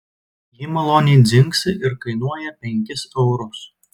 ji maloniai dzingsi ir kainuoja penkis eurus